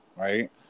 right